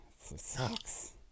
sucks